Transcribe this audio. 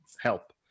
help